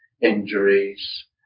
injuries